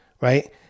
right